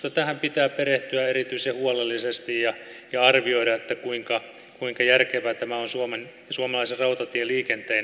minusta tähän pitää perehtyä erityisen huolellisesti ja arvioida kuinka järkevä tämä on suomalaisen rautatieliikenteen kannalta